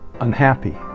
Unhappy